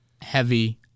Heavy